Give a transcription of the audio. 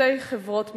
שתי חברות מטורקיה.